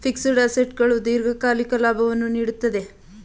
fixed assets ಗಳು ದೀರ್ಘಕಾಲಿಕ ಲಾಭವನ್ನು ನೀಡುತ್ತದೆ